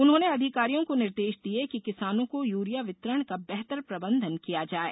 उन्होंने अधिकारियों को निर्देश दिये कि किसानों को यूरिया वितरण का बेहतर प्रबंधन किया जाये